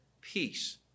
peace